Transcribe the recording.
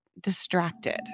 distracted